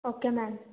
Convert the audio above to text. okay ma'am